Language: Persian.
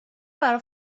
برا